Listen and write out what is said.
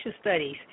Studies